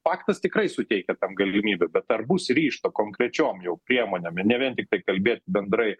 paktas tikrai suteikia tam galimybę bet ar bus ryžto konkrečiom jau priemonėm ir nevien tiktai kalbėt bendrai